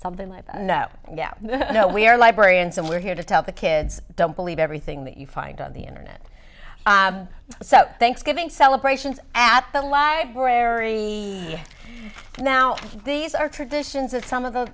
something like no no we are librarians and we're here to tell the kids don't believe everything that you find on the internet so thanksgiving celebrations at the library now these are traditions of some of th